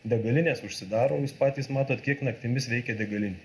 degalinės užsidaro jūs patys matot kiek naktimis veikia degalinių